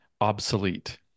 obsolete